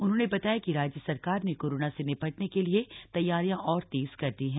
उन्होंने बताया कि राज्य सरकार ने कोरोना से निपटने के लिए तैयारियां और तेज कर दी हैं